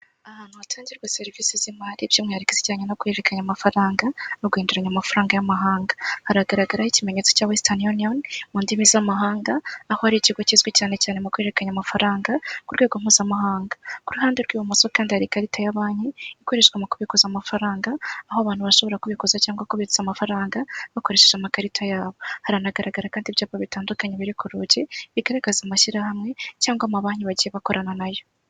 Ahantu hatangirwa serivisi z'imari by'umwihariko zijyanye no guhererekanya amafaranga no guhinduranya amafaranga y'amahanga. Hagaragaraho ikimenyetso cya Western Union, mu ndimi z'amahanga, aho ari ikigo kizwi cyane cyane mu guhererekanya amafaranga ku rwego mpuzamahanga. Ku ruhande rw'ibumoso kandi hari ikarita ya banki ikoreshwa mu kubikuza amafaranga aho abantu bashobora kubikuza cyangwa kubitsa amafaranga bakoresheje amakarita yabo. Haranagaragara kandi ibyapa bitandukanye biri ku rugi bigaragaza amashyirahamwe cyangwa amabanki nagiye gukorana nayo.